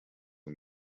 and